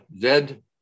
dead